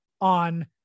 on